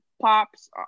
pops